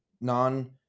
non